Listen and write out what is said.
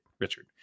richard